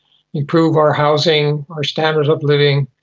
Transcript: improve our housing, our standard of living,